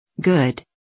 Good